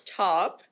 top